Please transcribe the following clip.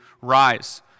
rise